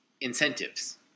incentives